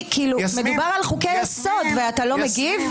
מדובר על חוקי יסוד ואתה לא מגיב?